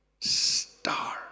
star